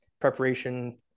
preparation